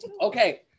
Okay